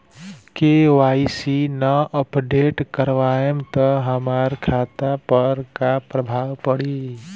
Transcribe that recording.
KYC ना update करवाएम त हमार खाता पर का प्रभाव पड़ी?